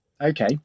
okay